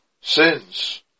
sins